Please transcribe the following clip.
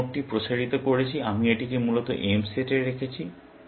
আমি যে নোডটি প্রসারিত করেছি আমি এটিকে মূলত M সেটে রেখেছি